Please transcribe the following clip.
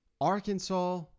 Arkansas